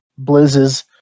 Blizz's